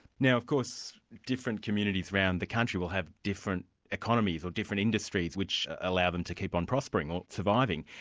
now of course different communities around the country will have different economies, or different industries which allow them to keep on prospering, or surviving.